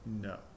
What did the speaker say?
No